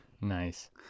Nice